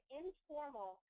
informal